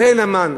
לכן המן.